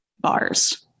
bars